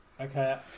Okay